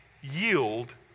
Yield